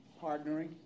partnering